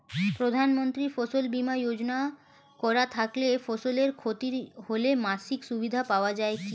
প্রধানমন্ত্রী ফসল বীমা যোজনা করা থাকলে ফসলের ক্ষতি হলে মাসিক সুবিধা পাওয়া য়ায় কি?